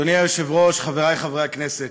אדוני היושב-ראש, חברי חברי הכנסת,